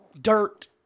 dirt